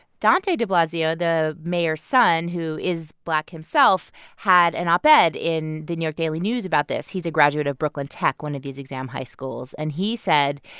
dante de blasio, the mayor's son, who is black himself had an op-ed ed in the new york daily news about this. he's a graduate of brooklyn tech, one of these exam high schools. and he said,